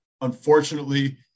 Unfortunately